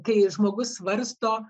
kai žmogus svarsto